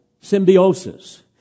symbiosis